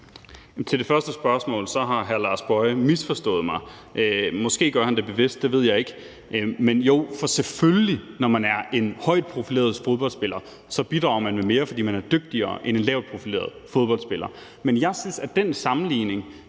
Til det første spørgsmål vil jeg sige, at hr. Lars Boje Mathiesen har misforstået mig. Måske gør han det bevidst, det ved jeg ikke. Men jo, selvfølgelig bidrager man, når man er en højt profileret fodboldspiller, med mere, fordi man er dygtigere end en lavt profileret fodboldspiller. Men jeg synes, at den sammenligning